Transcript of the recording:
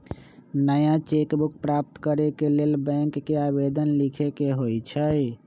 नया cheque book प्राप्त करेके लेल बैंक के आवेदन लीखे के होइ छइ